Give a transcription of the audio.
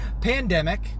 Pandemic